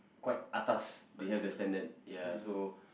quite atas they have the standard ya so